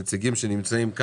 לנציגים שנמצאים,